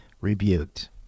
rebuked